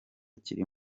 kiri